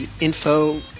info